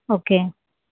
okay